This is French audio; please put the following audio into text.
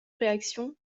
réaction